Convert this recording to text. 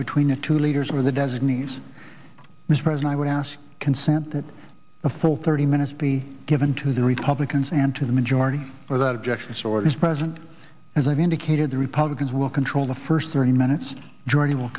between the two leaders of the designees mispresent i would ask consent that a full thirty minutes be given to the republicans and to the majority without objection stories present as i've indicated the republicans will control the first three minutes joining will